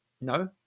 no